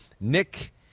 Nick